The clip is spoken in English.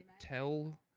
tell